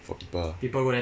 for people uh